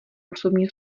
osobní